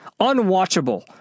Unwatchable